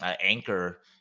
anchor